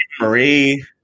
Marie